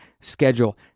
schedule